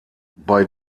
bei